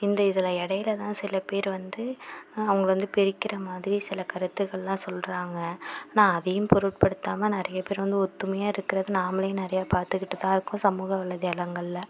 இந்த இதில் இடைல தான் சில பேர் வந்து அவங்க வந்து பிரிக்கிற மாதிரி சில கருத்துக்களெலாம் சொல்கிறாங்க ஆனால் அதையும் பொருட்படுத்தாமல் நிறைய பேர் வந்து ஒற்றுமையா இருக்கிறத நாமளே நிறைய பார்த்துக்கிட்டு தான் இருக்கோம் சமூக வலைத்தளங்களில்